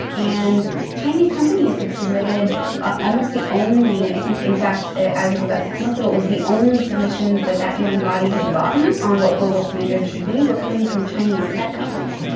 and chinese companies have submitted ah almost the only i think, in fact, as of about six months ago, it was the only submissions that that u n. body had gotten on what global standard should be were coming from chinese tech companies.